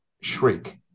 shriek